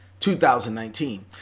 2019